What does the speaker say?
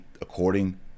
According